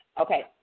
Okay